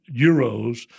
euros